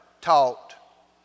taught